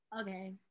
Okay